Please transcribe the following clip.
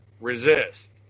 resist